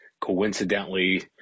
coincidentally